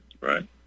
Right